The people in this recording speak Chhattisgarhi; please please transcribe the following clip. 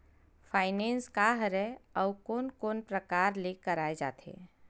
फाइनेंस का हरय आऊ कोन कोन प्रकार ले कराये जाथे?